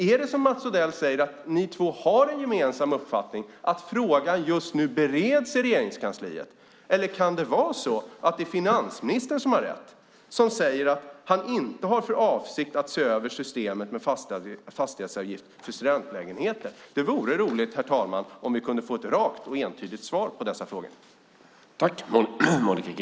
Är det som Mats Odell säger att ni två har en gemensam uppfattning, att frågan just nu bereds i Regeringskansliet, eller kan det vara så att det är finansministern som har rätt som säger att han inte har för avsikt att se över systemet med fastighetsavgifter för studentlägenheter? Det vore roligt, herr talman, om vi kunde få ett rakt och entydigt svar på dessa frågor.